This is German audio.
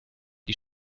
die